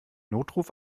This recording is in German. notruf